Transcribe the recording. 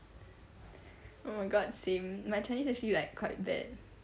oh my god same my chinese actually like quite bad